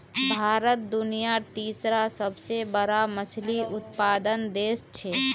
भारत दुनियार तीसरा सबसे बड़ा मछली उत्पादक देश छे